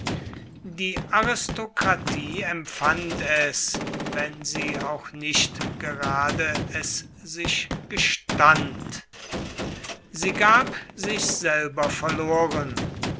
die aristokratie empfand es wenn sie auch nicht gerade es sich gestand sie gab sich selber verloren